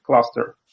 cluster